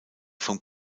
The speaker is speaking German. vom